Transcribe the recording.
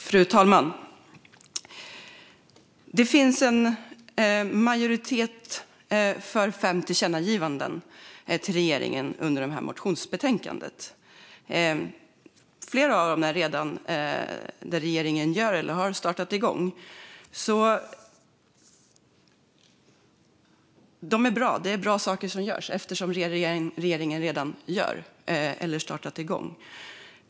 Fru talman! Det finns en majoritet för fem tillkännagivanden till regeringen i detta motionsbetänkande. Flera av dem gäller frågor där regeringen redan gör eller har satt igång saker. Det är bra saker, och regeringen gör dem redan eller har satt igång dem.